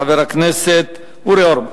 חבר הכנסת אורי אורבך.